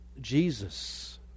Jesus